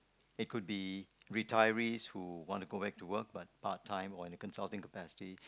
it could be retirees who want to go back to work but part time or in a consulting capacity